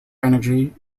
energy